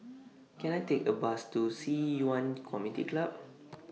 Can I Take A Bus to Ci Yuan Community Club